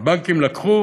שהבנקים לקחו,